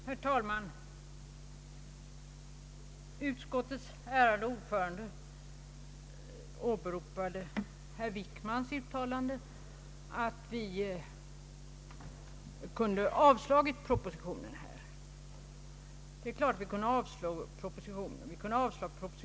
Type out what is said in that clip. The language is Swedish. Herr talman! Utskottets ärade ordförande åberopade herr Wickmans uttalande att vi kunde ha yrkat avslag på propositionen om Uddcomb.